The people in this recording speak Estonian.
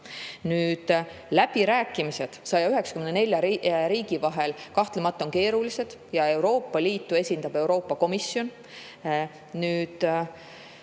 Läbirääkimised 194 riigi vahel kahtlemata on keerulised ja Euroopa Liitu esindab Euroopa Komisjon.